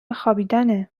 خوابیدنه